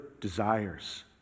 desires